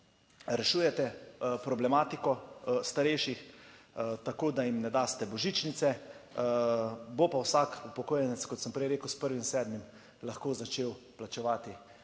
rešujete problematiko starejših? Tako, da jim ne daste božičnice, bo pa vsak upokojenec, kot sem prej rekel, s prvim sedmim lahko začel plačevati